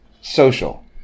Social